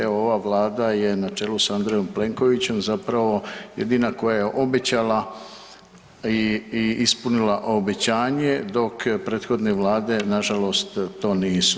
Evo ova vlada je na čelu s Andrejom Plenkovićem zapravo jedina koja je obećala i ispunila obećanje dok prethodne vlade to nisu.